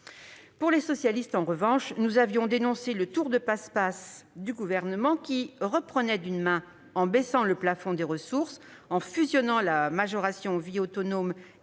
groupe socialiste, en revanche, nous avions dénoncé le tour de passe-passe du Gouvernement, qui reprenait d'une main, en baissant le plafond de ressources et en fusionnant la majoration « vie autonome »